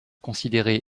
considérée